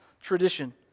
tradition